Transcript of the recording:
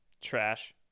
Trash